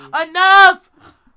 enough